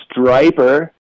Striper